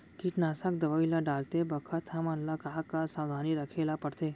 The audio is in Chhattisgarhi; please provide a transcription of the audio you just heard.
कीटनाशक दवई ल डालते बखत हमन ल का का सावधानी रखें ल पड़थे?